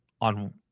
on